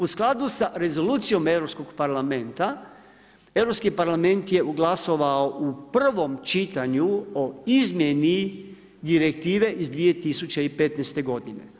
U skladu sa rezolucijom Europskog parlamenta, Europski parlament je glasovao u prvom čitanju o izmjeni direktive iz 2015. godine.